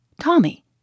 Tommy